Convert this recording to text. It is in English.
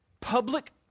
Public